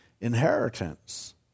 inheritance